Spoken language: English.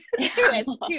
two